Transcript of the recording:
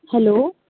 hello